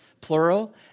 plural